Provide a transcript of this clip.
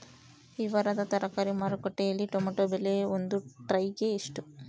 ಈ ವಾರದ ತರಕಾರಿ ಮಾರುಕಟ್ಟೆಯಲ್ಲಿ ಟೊಮೆಟೊ ಬೆಲೆ ಒಂದು ಟ್ರೈ ಗೆ ಎಷ್ಟು?